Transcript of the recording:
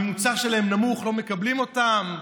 הממוצע שלהם נמוך ולא מקבלים אותם?